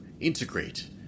integrate